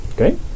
Okay